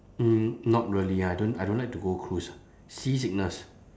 mm not really I don't I don't like to go cruise ah seasickness